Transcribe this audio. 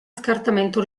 scartamento